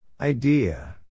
Idea